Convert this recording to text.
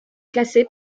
classé